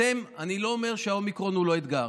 אני לא אומר שהאומיקרון הוא לא אתגר,